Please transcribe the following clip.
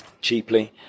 cheaply